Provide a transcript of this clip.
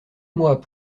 moi